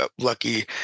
lucky